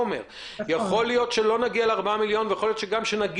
יכול להיות שלא נגיע לארבעה מיליון ויכול להיות שכן.